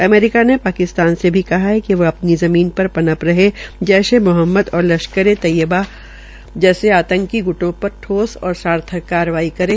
America ने पाकिस्तान से भी कहा कि वह अपनी ज़मीन पर पनप रहे जैश् ए मोहम्मद और लश्कर ए तैयबा जैसे आंतकी ग्र्टो पर ठोस और सार्थक कार्रवाई करे